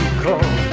call